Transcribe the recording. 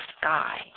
sky